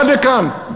עד לכאן,